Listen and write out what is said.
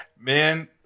Man